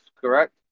correct